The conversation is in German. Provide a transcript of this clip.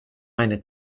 eine